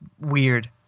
weird